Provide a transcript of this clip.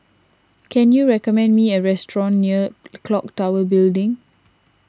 can you recommend me a restaurant near Clock Tower Building